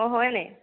অঁ হয়নি